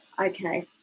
okay